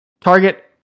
target